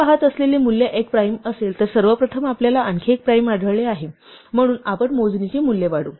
आपण पहात असलेले मूल्य एक प्राइम असेल तर सर्वप्रथम आपल्याला आणखी एक प्राइम आढळले आहे म्हणून आपण मोजणीचे मूल्य वाढवू